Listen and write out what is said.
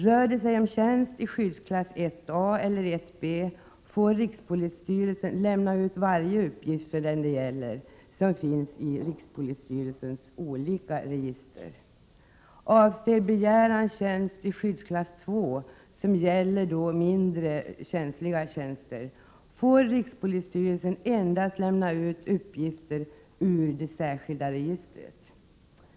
Rör det sig om tjänst i skyddsklass 1 A eller 1 B får rikspolisstyrelsen lämna ut alla uppgifter som finns i rikspolisstyrelsens olika register för den person det gäller. Avser begäran tjänst i skyddsklass 2, som gäller mindre känsliga tjänster, får rikspolisstyrelsen endast lämna ut uppgifter ur det särskilda Prot. 1987/88:132 registret.